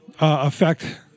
effect